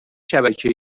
شبکه